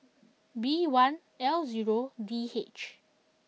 B one L zero D H